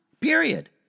period